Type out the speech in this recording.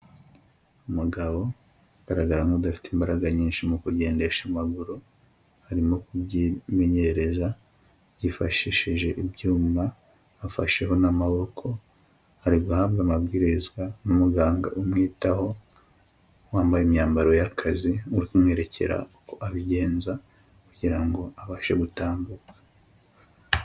Umugabo agaragara nk'udafite imbaraga nyinshi mu kugendesha amaguru, arimo kubyimenyereza yifashishije ibyuma afasheho n'amaboko, ari guhabwa amabwirizwa n'umuganga umwitaho, wambaye imyambaro y'akazi uri kumwerekera uko abigenza kugira ngo abashe gutambuka.